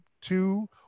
two